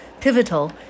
pivotal